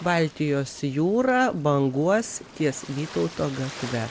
baltijos jūra banguos ties vytauto gatve